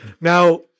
Now